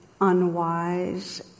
unwise